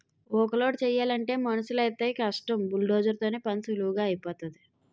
ఊక లోడు చేయలంటే మనుసులైతేయ్ కష్టం బుల్డోజర్ తోనైతే పనీసులువుగా ఐపోతాది